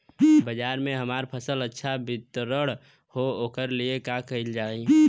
बाजार में हमार फसल अच्छा वितरण हो ओकर लिए का कइलजाला?